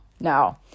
no